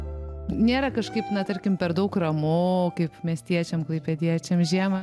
nėra kažkaip na tarkim per daug ramu kaip miestiečiam klaipėdiečiam žiemą